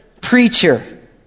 preacher